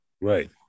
Right